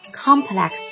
complex